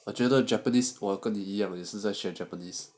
我觉得 japanese 我跟你一样也是在学 japanese